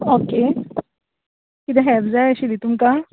okay कितें help जाय आशिल्ली तुमकां